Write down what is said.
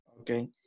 Okay